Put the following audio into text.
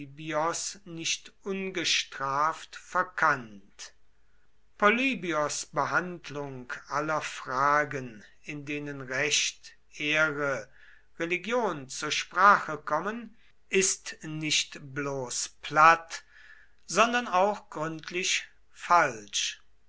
nicht ungestraft verkannt polybios behandlung aller fragen in denen recht ehre religion zur sprache kommen ist nicht bloß platt sondern auch gründlich falsch